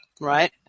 Right